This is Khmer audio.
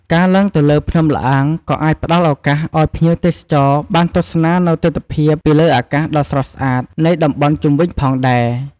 ការឡើងទៅលើ ភ្នំល្អាង ក៏អាចផ្តល់ឱកាសឱ្យភ្ញៀវទេសចរបានទស្សនានូវទិដ្ឋភាពពីលើអាកាសដ៏ស្រស់ស្អាតនៃតំបន់ជុំវិញផងដែរ។